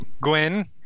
Gwen